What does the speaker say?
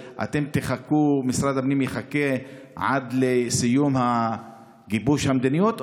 משרד הפנים יחכה עד לסיום גיבוש המדיניות,